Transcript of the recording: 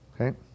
Okay